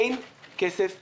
אין כסף בקופה.